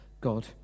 God